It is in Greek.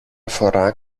φορά